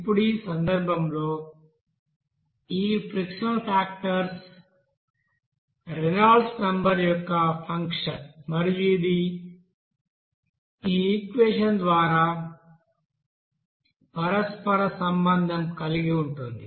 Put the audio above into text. ఇప్పుడు ఈ సందర్భంలో ఈ ఫ్రిక్షనల్ ఫాక్టర్ రేనాల్డ్స్ నెంబర్ యొక్క ఫంక్షన్ మరియు ఇది ఈ ఈక్వెషన్ ద్వారా పరస్పర సంబంధం కలిగి ఉంటుంది